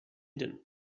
din